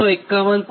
47 36